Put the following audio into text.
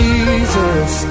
Jesus